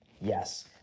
Yes